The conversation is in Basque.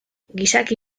gizaki